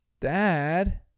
Dad